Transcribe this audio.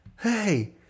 hey